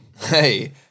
Hey